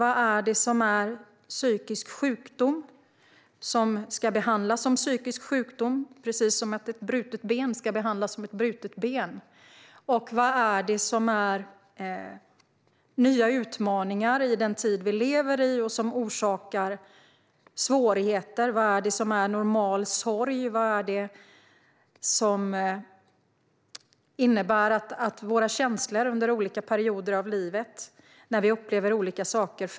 Vad är det som är psykisk sjukdom och ska behandlas som psykisk sjukdom, precis som att ett brutet ben ska behandlas som ett brutet ben, och vad är det som är nya utmaningar i den tid vi lever i och som orsakar svårigheter? Vad är det som är normal sorg? Vad är det som innebär att våra känslor förändras under olika perioder av livet när vi upplever olika saker?